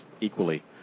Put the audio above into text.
equally